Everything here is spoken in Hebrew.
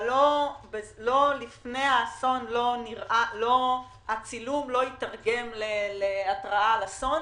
אבל לפני האסון הצילום לא היתרגם להתרעה על אסון.